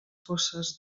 fosses